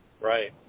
Right